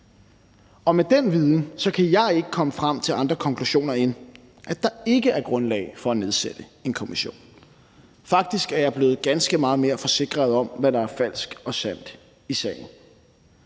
og med den viden kan jeg ikke komme frem til andre konklusioner, end at der ikke er grundlag for at nedsætte en kommission. Faktisk er jeg blevet ganske meget mere forsikret om, hvad der er falsk og sandt i sagen.